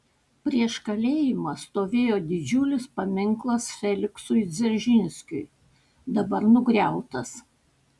prieš kalėjimą stovėjo didžiulis paminklas feliksui dzeržinskiui dabar nugriautas